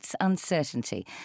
uncertainty